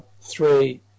three